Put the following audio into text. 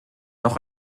noch